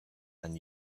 and